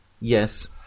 Yes